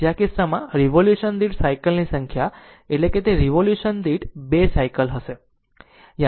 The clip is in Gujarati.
તેથી આ કિસ્સામાં રીવોલ્યુશન દીઠ સાયકલ ની સંખ્યા એટલે કે તે રીવોલ્યુશન દીઠ 2 સાયકલ કરશે